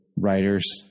Writers